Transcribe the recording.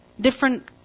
Different